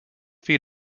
feet